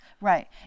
Right